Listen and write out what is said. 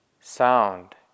Sound